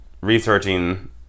researching